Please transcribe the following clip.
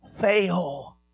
fail